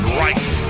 right